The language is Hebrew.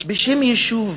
בשם יישוב.